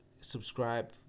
subscribe